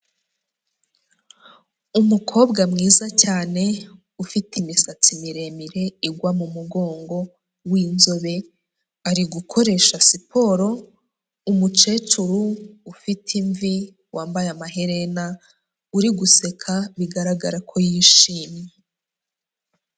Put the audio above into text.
Umukobwa mwiza cyane ufite imisatsi miremire igwa mu mugongo, w'inzobe ari gukoresha siporo umukecuru ufite imvi wambaye amaherena uri guseka bigaragara ko yishimye.